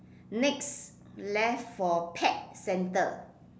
next left for pet centre